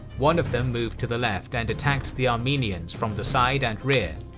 one of them moved to the left and attacked the armenians from the side and rear,